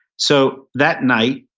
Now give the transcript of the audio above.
so that night,